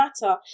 matter